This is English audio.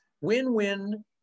Win-win